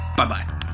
Bye-bye